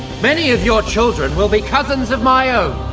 many of your children will be cousins of my own.